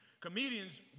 Comedians